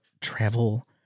travel